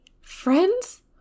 friends